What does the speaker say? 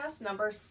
number